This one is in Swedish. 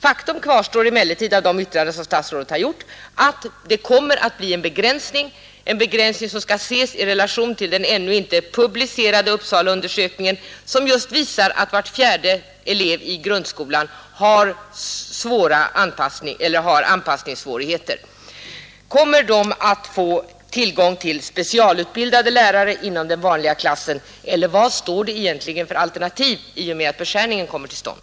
Faktum kvarstår emellertid — enligt de yttranden som statsrådet har gjort — att det kommer att bli en begränsning, som skall ses i relation till den ännu inte publicerade Uppsalaundersökningen vilken visar att var fjärde elev i grundskolan har anpassningssvårigheter. Kommer de att få tillgång till specialutbildade lärare inom den vanliga klassen, eller vilka alternativ återstår egentligen i och med att denna beskärning kommer till stånd?